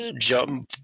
jump